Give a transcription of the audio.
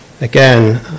again